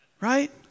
Right